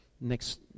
next